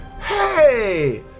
Hey